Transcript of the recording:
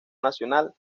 nacional